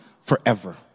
forever